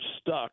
stuck